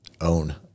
own